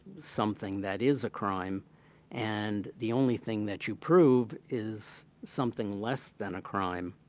something that is a crime and the only thing that you proved is something less than a crime,